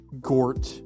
Gort